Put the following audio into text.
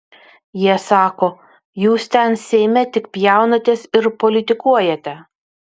jie sako jūs ten seime tik pjaunatės ir politikuojate